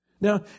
Now